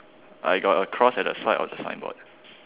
I got a cross at the side of the signboard